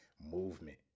movement